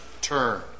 turn